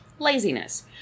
laziness